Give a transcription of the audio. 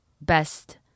best